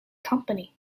company